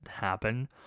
happen